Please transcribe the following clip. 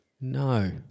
No